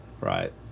right